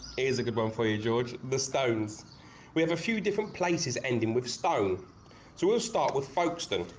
is a good one for you george the stones we have a few different places ending with stone so we'll start with folkstone